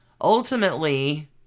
Ultimately